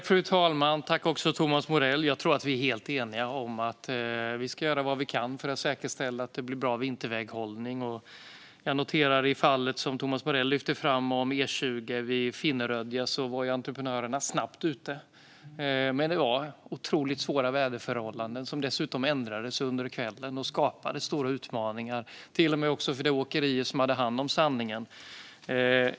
Fru talman! Jag tror att Thomas Morell och jag är helt eniga om att vi ska göra vad vi kan för att säkerställa en bra vinterväghållning. Jag noterar i det fall som Thomas Morell lyfte fram gällande E20 vid Finnerödja att entreprenörerna snabbt var ute. Men det var otroligt svåra väderförhållanden, som dessutom ändrades under kvällen och skapade stora utmaningar, till och med för det åkeri som hade hand om sandningen.